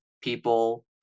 people